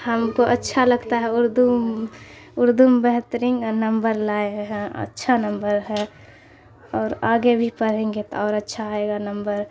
ہم کو اچھا لگتا ہے اردو اردو میں بہترین نمبر لائے ہیں اچھا نمبر ہے اور آگے بھی پڑھیں گے تو اور اچھا آئے گا نمبر